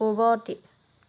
পূৰ্ৱৱৰ্তী